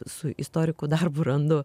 su istorikų darbu randu